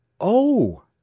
Oh